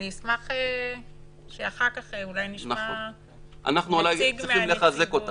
אשמח שנשמע נציג מהנציגות אחר כך.